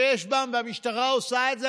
והמשטרה עושה את זה,